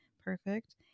perfect